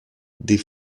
des